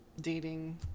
dating